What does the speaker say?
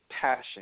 passion